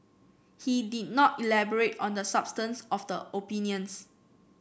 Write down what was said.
he did not elaborate on the substance of the opinions